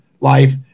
life